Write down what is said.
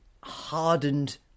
hardened